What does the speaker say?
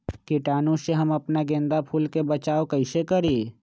कीटाणु से हम अपना गेंदा फूल के बचाओ कई से करी?